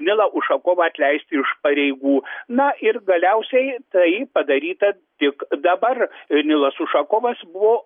nilą ušakovą atleisti iš pareigų na ir galiausiai tai padaryta tik dabar nilas ušakovas buvo